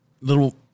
little